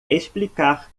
explicar